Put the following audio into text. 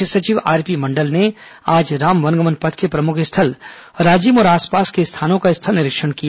मुख्य सचिव आरपी मंडल ने आज राम वन गमन पथ के प्रमुख स्थल राजिम और आसपास के स्थानों का स्थल निरीक्षण किया